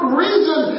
reason